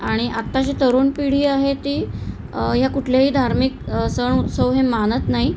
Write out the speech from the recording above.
आणि आत्ता जी तरुण पिढी आहे ती ह्या कुठल्याही धार्मिक सण उत्सव हे मानत नाही